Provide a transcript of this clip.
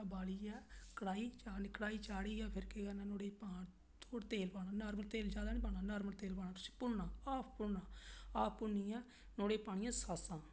चुल्ला बाल्लियै कढ़ाई कढाई चाढियै थोह्ड़ा उस च थोहड़ा तेल पाना तेल ज्यादा नेईं पाना तेल बिच उसगी भुन्नना आपूं भुन्नी नुआढ़े च पानियां सासा